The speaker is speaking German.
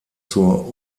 zur